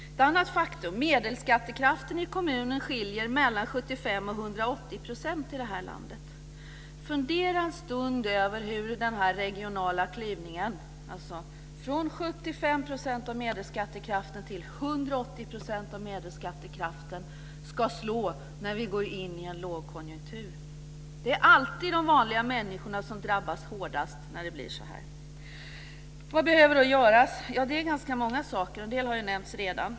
Ett annat faktum är att medelskattekraften i kommuner skiljer mellan 75 % och 180 % i det här landet. Fundera en stund över hur den regionala klyvningen - från 75 % till 180 % av medelskattekraften - ska slå när vi går in i en lågkonjunktur. Det är alltid de vanliga människorna som drabbas hårdast när det blir så. Vad behöver då göras? Det är ganska många saker. En del har redan nämnts.